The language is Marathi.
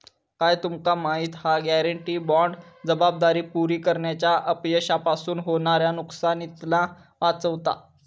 काय तुमका माहिती हा? गॅरेंटी बाँड जबाबदारी पुरी करण्याच्या अपयशापासून होणाऱ्या नुकसानीतना वाचवता